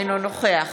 אינו נוכח